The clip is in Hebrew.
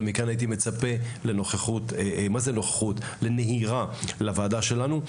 ומכאן הייתי מצפה לנהירה לוועדה שלנו.